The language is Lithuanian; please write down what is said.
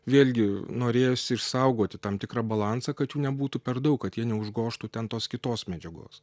vėlgi norėjosi išsaugoti tam tikrą balansą kad jų nebūtų per daug kad jie neužgožtų ten tos kitos medžiagos